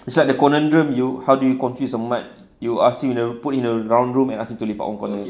it's like the conundrum you how do you confused a mat you ask him you know put in a round room and ask me to lepak one corner